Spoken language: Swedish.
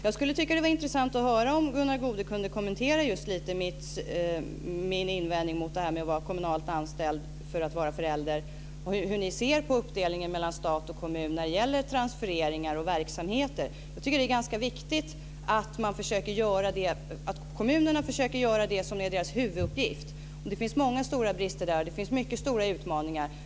Det skulle vara intressant om Gunnar Goude lite kunde kommentera min invändning mot att man måste vara kommunalt anställd för att vara förälder och hur ni ser på uppdelningen mellan stat och kommun när det gäller transfereringar och verksamheter. Jag tycker att det är ganska viktigt att kommunerna försöker göra det som är deras huvuduppgift. Där finns många stora brister och många stora utmaningar.